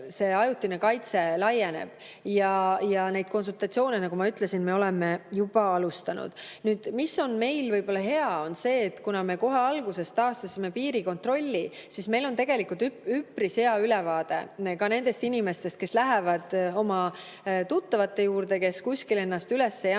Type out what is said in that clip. see ajutine kaitse laieneb. Neid konsultatsioone, nagu ma ütlesin, me oleme juba alustanud. Meil on võib-olla hea see, et kuna me kohe alguses taastasime piirikontrolli, siis meil on tegelikult üpris hea ülevaade ka nendest inimestest, kes lähevad oma tuttavate juurde ja kuskil ennast üles ei anna.